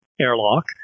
airlock